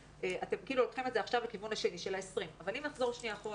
אתם עכשיו כאילו לוקחים את זה לכיוון השני של ה-20 אבל נחזור אחורה